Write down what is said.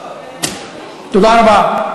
תודה רבה.